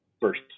first